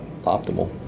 optimal